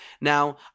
Now